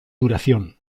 duración